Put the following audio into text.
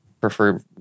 prefer